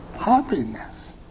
happiness